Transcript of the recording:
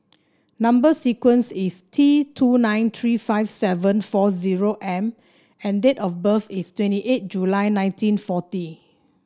number sequence is T two nine three five seven four zero M and date of birth is twenty eight July nineteen forty